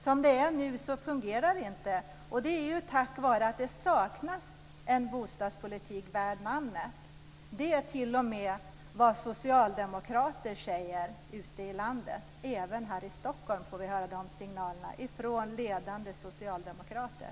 Som det nu är fungerar det inte, just därför att en bostadspolitik värd namnet saknas. Det är t.o.m. vad socialdemokrater ute i landet säger. Även här i Stockholm får vi höra sådana signaler från ledande socialdemokrater.